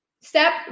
Step